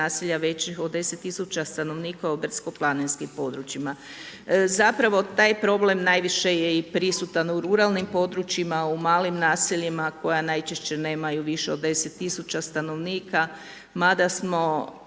većih od 10 tisuća stanovnika u brdsko-planinskim područjima. Zapravo taj problem najviše je i prisutan u ruralnim područjima, u malim naseljima koja najčešće nemaju više od 10 tisuća stanovnika mada smo